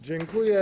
Dziękuję.